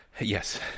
yes